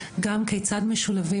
גם כיצד משולבים,